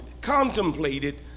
contemplated